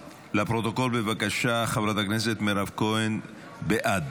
לפרוטוקול, בבקשה, חברת הכנסת מירב כהן בעד.